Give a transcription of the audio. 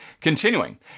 continuing